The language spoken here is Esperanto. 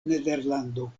nederlando